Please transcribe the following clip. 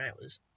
hours